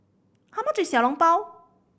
how much is Xiao Long Bao